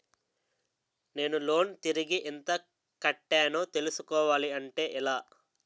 నేను లోన్ తిరిగి ఎంత కట్టానో తెలుసుకోవాలి అంటే ఎలా?